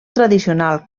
tradicional